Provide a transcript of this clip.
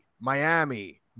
Miami